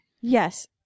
Yes